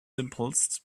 simplest